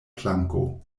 planko